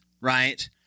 right –